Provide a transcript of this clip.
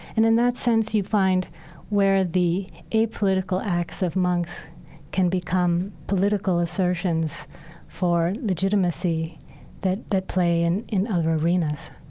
and in that sense, you find where the apolitical acts of monks can become political assertions for legitimacy that that play in in other arenas